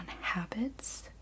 habits